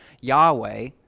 Yahweh